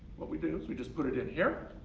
what we do is we just put it in here,